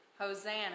Hosanna